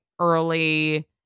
early